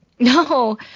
No